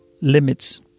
limits